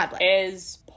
is-